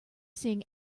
seeing